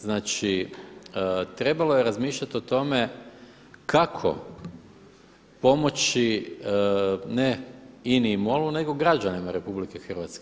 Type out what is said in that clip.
Znači trebalo je razmišljati o tome kako pomoći ne INA-i i MOL-u nego građanima RH.